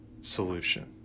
solution